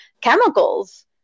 chemicals